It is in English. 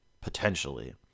Potentially